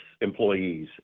employees